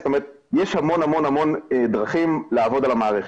יש המון דרכים "לעבוד" על המערכת.